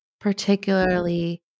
Particularly